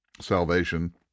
Salvation